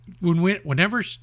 Whenever